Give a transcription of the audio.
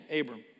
Abram